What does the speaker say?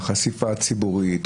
החשיפה הציבורית,